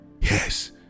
Yes